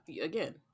again